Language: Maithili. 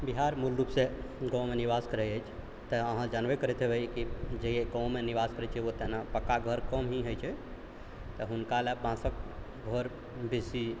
बिहार मूलरूपसँ गाँवमे निवास करै अछि तऽ अहाँ जानबे करैत हेबै जे गाँवमे निवास करै छै ओतऽ ने पक्काके घर कम ही होइ छै तऽ हुनकालए बाँसके घर बेसी